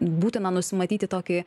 būtina nusimatyti tokį